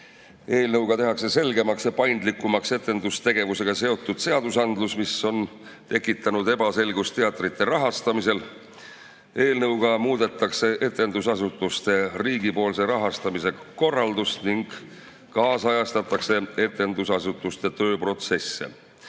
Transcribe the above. Eelnõuga tehakse selgemaks ja paindlikumaks etendustegevusega seotud seadusandlus, mis on tekitanud ebaselgust teatrite rahastamisel. Eelnõuga muudetakse etendusasutuste riigipoolse rahastamise korraldust ning kaasajastatakse etendusasutuste tööprotsesse.